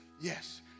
yes